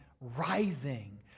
rising